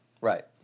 Right